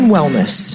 Wellness